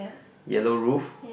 yellow roof